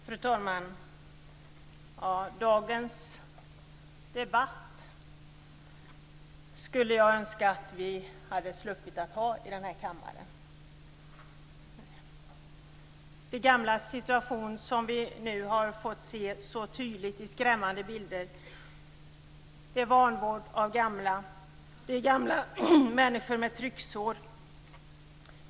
Fru talman! Jag skulle önska att vi hade sluppit att ha dagens debatt i den här kammaren. De gamlas situation har vi nu tydligt fått se i skrämmande bilder. Det är vanvård av gamla. Det är gamla människor med trycksår.